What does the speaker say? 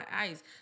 eyes